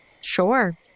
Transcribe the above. Sure